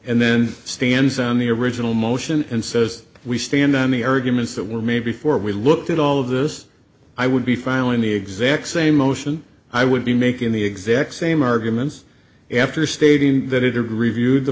and then stands on the original motion and says we stand on the erg humans that were made before we looked at all of this i would be filing the exact same motion i would be making the exact same arguments after stating that it reviewed the